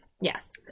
Yes